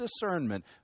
discernment